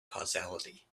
causality